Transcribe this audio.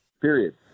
period